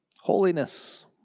Holiness